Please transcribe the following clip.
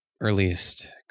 earliest